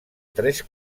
tres